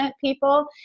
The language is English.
people